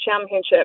championship